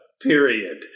Period